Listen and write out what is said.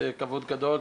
זה כבוד גדול.